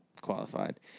qualified